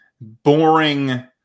boring